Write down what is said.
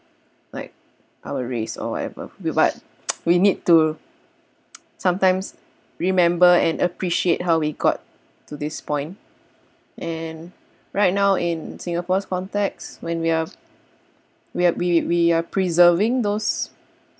like our race or whatever we but we need to sometimes remember and appreciate how we got to this point and right now in singapore's context when we are we are we we are preserving those